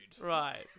Right